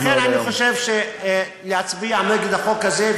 לכן אני חושב להצביע נגד החוק הזה,